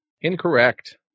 Incorrect